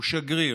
הוא שגריר,